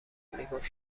میگفت